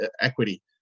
equity